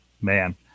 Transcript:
man